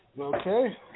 Okay